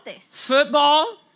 Football